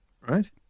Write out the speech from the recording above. Right